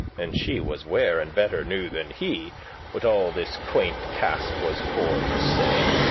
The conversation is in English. and she was ware, and better knew than he what all this quainte cast was for to say.